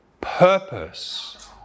purpose